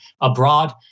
Abroad